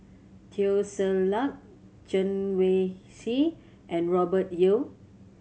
Teo Ser Luck Chen Wen Hsi and Robert Yeo